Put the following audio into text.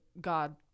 God